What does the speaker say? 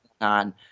on